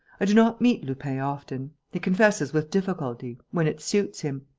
i do not meet lupin often. he confesses with difficulty, when it suits him.